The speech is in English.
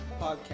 Podcast